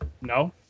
No